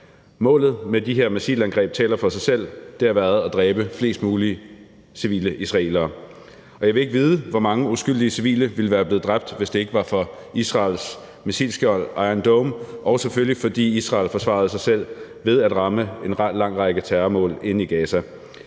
Målet med de her missilangreb taler for sig selv. Det har været at dræbe flest mulige civile israelere. Jeg ville ikke vide, hvor mange uskyldige civile der ville være blevet dræbt, hvis det ikke var for Israels missilskjold Iron Dome, og selvfølgelig det, at Israel forsvarede sig selv ved at ramme en lang række terrormål inde i Gaza.